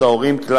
זה גם